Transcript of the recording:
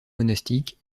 monastique